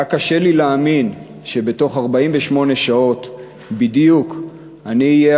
היה קשה לי להאמין שבתוך 48 שעות בדיוק אני אהיה